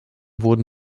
wurden